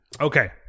Okay